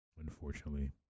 unfortunately